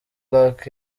black